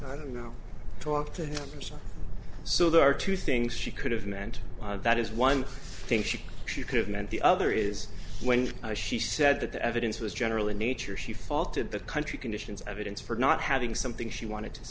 had no talk to him so so there are two things she could have meant that is one thing she could have meant the other is when she said that the evidence was general in nature she faulted the country conditions evidence for not having something she wanted to